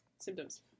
symptoms